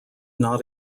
not